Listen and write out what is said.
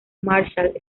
marshall